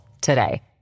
today